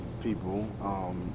people